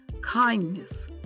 kindness